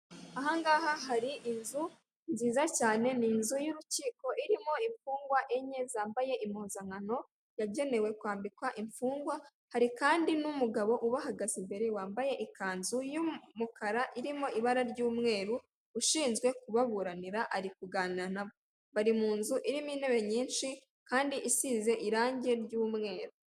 Uruganda rw'amata, utubuni turi mu gatajeri rw'ibara ry'umweru turimo amata, igikoresho babikamo amata kiri iruhande rwabyo.